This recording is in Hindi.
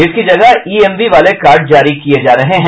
इसकी जगह ईएमवी वाले कार्ड जारी किये जा रहे हैं